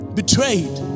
betrayed